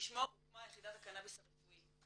שלשמו הוקמה יחידת הקנאביס הרפואי.